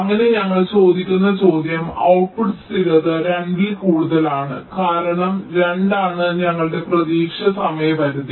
അങ്ങനെ ഞങ്ങൾ ചോദിക്കുന്ന ചോദ്യം ഔട്ട്പുട്ട് സ്ഥിരത 2 ൽ കൂടുതലാണ് കാരണം 2 ആണ് ഞങ്ങളുടെ പ്രതീക്ഷിത സമയപരിധി